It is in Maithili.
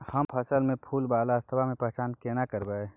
हम फसल में फुल वाला अवस्था के पहचान केना करबै?